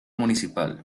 municipal